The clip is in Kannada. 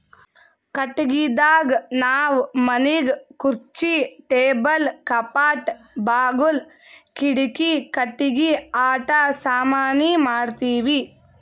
ಕಟ್ಟಿಗಿದಾಗ್ ನಾವ್ ಮನಿಗ್ ಖುರ್ಚಿ ಟೇಬಲ್ ಕಪಾಟ್ ಬಾಗುಲ್ ಕಿಡಿಕಿ ಕಟ್ಟಿಗಿ ಆಟ ಸಾಮಾನಿ ಮಾಡ್ತೀವಿ